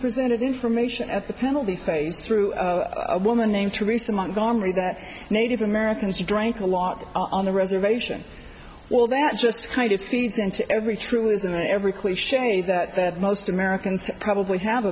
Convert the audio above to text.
presented information at the penalty phase through a woman named teresa montgomery that native americans drank a lot on the reservation well that just kind of feeds into every truism every cliche that that most americans probably have